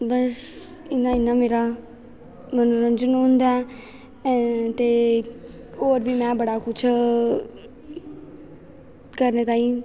बस इ'यां इ'यां मेरा मनोरंजन होंदा ऐ ते होर बी में बड़ा कुछ करने ताईं